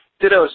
Ditto